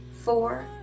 four